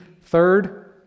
Third